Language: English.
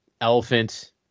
elephant